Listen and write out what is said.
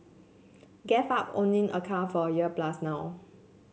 gave up owning a car for a year plus now